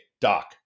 Doc